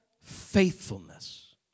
faithfulness